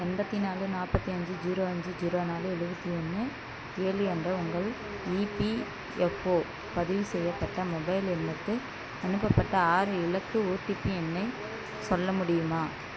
எண்பத்தி நாலு நாற்பத்தி அஞ்சு ஜீரோ அஞ்சு ஜீரோ நாலு எழுவத்தி ஒன்று ஏழு என்ற உங்கள் இபிஎஃப்ஓ பதிவு செய்யப்பட்ட மொபைல் எண்ணுக்கு அனுப்பப்பட்ட ஆறு இலக்க ஓடிபி எண்ணை சொல்ல முடியுமா